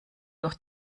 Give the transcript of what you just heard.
durch